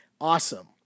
awesome